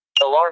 alarm